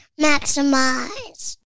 maximize